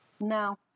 No